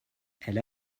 elle